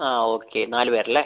ആ ഓക്കെ നാല് പേരല്ലേ